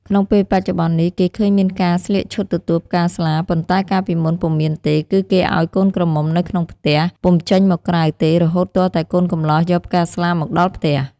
ក្នុងពេលបច្ចុប្បន្ននេះ គេឃើញមានការស្លៀកឈុតទទួលផ្កាស្លា ប៉ុន្តែកាលពីមុនពុំមានទេ គឺគេឲ្យកូនក្រមុំនៅក្នុងផ្ទះ ពុំចេញមកក្រៅទេរហូតទាល់តែកូនកម្លោះយកផ្កាស្លាមកដល់ផ្ទះ។